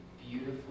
beautiful